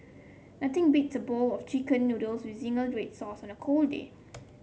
nothing beats a bowl of chicken noodles with zingy red sauce on a cold day